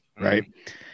right